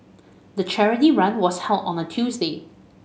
the charity run was held on a Tuesday